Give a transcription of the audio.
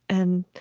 and,